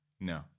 no